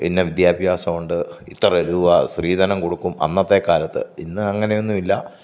ഇന്ന വിദ്യാഭ്യാസമുണ്ട് ഇത്ര രൂപ സ്ത്രീധനം കൊടുക്കും അന്നത്തെ കാലത്ത് ഇന്ന് അങ്ങനെയൊന്നുമില്ല